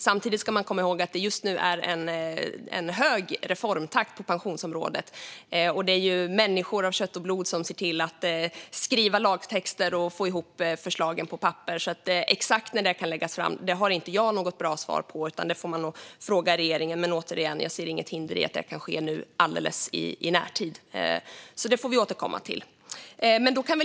Samtidigt ska man komma ihåg att det just nu är en hög reformtakt på pensionsområdet, och det är människor av kött och blod som skriver lagtexter och får ihop förslagen på papper. Exakt när det kan läggas fram har jag inte något bra svar på, utan det får man nog fråga regeringen om. Men jag ser som sagt inget hinder för att det kan ske nu i närtid, så det får vi återkomma till då.